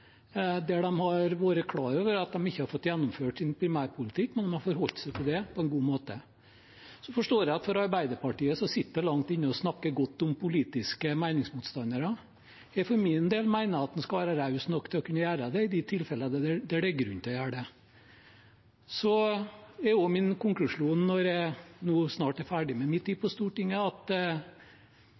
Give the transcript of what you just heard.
har vært klar over at de ikke har fått gjennomført sin primærpolitikk, men de har forholdt seg til det på en god måte. Jeg forstår at det for Arbeiderpartiet sitter langt inne å snakke godt om politiske meningsmotstandere. Jeg for min del mener at en skal være raus nok til å kunne gjøre det i de tilfellene der det er grunn til å gjøre det. Så er det min konklusjon, når jeg nå snart er ferdig med min tid på Stortinget, at